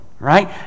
Right